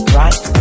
right